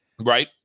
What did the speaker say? right